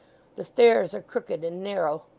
the stairs are crooked and narrow.